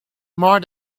more